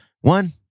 One